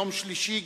יום שלישי,